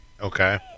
Okay